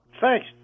Thanks